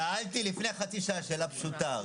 שאלתי לפני חצי שעה שאלה פשוטה.